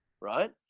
right